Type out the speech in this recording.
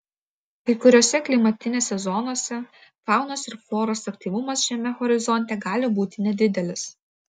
kai kuriose klimatinėse zonose faunos ir floros aktyvumas šiame horizonte gali būti nedidelis